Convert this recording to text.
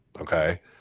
okay